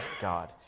God